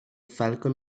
falcon